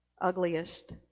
ugliest